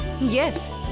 Yes